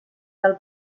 del